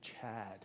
chad